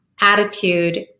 attitude